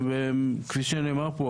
כפי שנאמר פה,